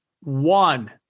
one